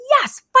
yes